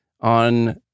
on